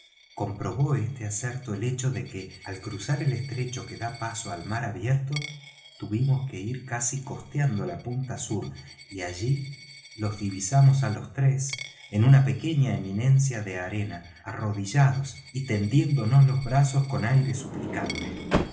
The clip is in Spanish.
comprobó este aserto el hecho de que al cruzar el estrecho que da paso al mar abierto tuvimos que ir casi costeando la punta sur y allí los divisamos á todos tres en una pequeña eminencia de arena arrodillados y tendiéndonos los brazos con aire suplicante